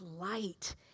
light